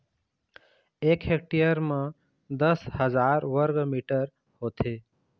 एक हेक्टेयर म दस हजार वर्ग मीटर होथे